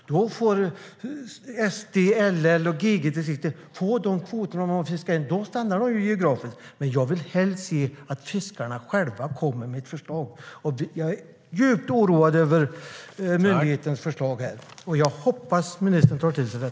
Då får SD-, LL och GG-distrikten kvoter utifrån hur mycket de har fiskat, och då stannar kvoterna geografiskt. Men jag vill helst se att fiskarna själva kommer med ett förslag. Jag är djupt oroad över myndighetens förslag och hoppas att ministern tar till sig det.